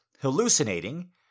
hallucinating